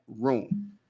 room